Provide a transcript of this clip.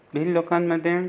भिल्ल लोकांमध्ये